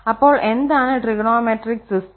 അപ്പോൾ എന്താണ് trigonometric system